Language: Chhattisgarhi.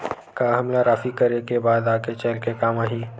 का हमला राशि करे के बाद आगे चल के काम आही?